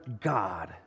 God